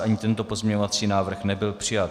Ani tento pozměňující návrh nebyl přijat.